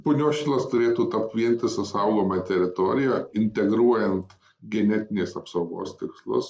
punios šilas turėtų tapt vientisa saugoma teritorija integruojant genetinės apsaugos tikslus